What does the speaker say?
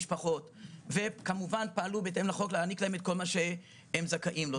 המשפחות ופעלו בהתאם לחוק על מנת להעניק להן את כל מה שהן זכאיות לו.